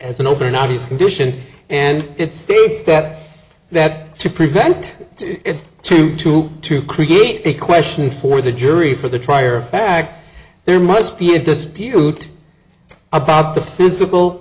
as an open obvious condition and it states that that to prevent to to to create a question for the jury for the trier of fact there must be a dispute about the physical